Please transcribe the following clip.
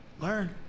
Learn